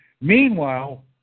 meanwhile